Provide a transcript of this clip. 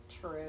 True